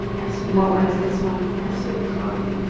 i say what one is this one? i say cloudy.